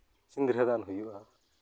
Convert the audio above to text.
ᱥᱤᱸᱫᱽᱨᱟᱹ ᱫᱟᱱ ᱦᱩᱭᱩᱜᱼᱟ